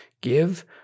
give